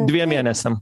dviem mėnesiam